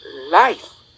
life